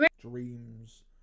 Dreams